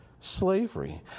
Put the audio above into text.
Slavery